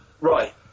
right